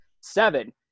seven